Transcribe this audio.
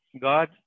God